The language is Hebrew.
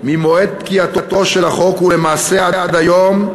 ממועד פקיעתו של החוק ולמעשה עד היום,